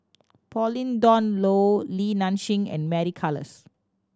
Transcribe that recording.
Pauline Dawn Loh Li Nanxing and Mary Klass